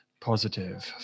positive